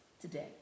today